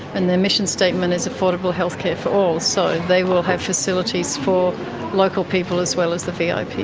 and their mission statement is affordable healthcare for all, so they will have facilities for local people as well as the vips.